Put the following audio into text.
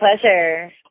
pleasure